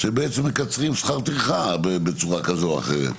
שמקצרים שכר טרחה בצורה כזאת או אחרת,